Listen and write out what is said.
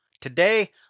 Today